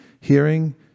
hearing